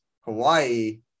Hawaii